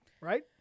right